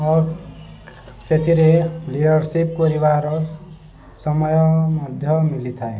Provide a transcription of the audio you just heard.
ଓ ସେଥିରେ ଲିଡରସିପ୍ କରିବାର ସମୟ ମଧ୍ୟ ମିଳିଥାଏ